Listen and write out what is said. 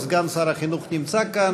סגן שר החינוך נמצא כאן,